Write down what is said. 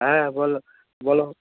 হ্যাঁ বলো বলো